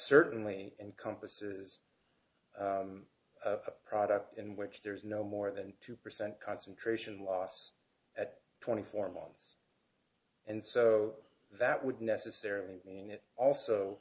certainly encompasses a product in which there is no more than two percent concentration loss at twenty four months and so that would necessarily mean it also